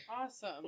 Awesome